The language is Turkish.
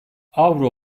avro